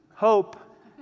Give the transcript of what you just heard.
hope